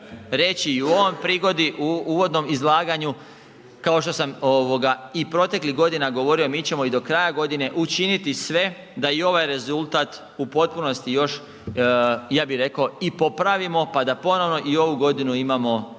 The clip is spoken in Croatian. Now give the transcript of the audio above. i u ovoj prigodi u uvodnom izlaganju kao što sam ovoga i proteklih godina govorio mi ćemo i do kraja godine učiniti sve da i ovaj rezultat u potpunosti još ja bi rekao i popravimo, pa da ponovno i ovu godinu imamo ono što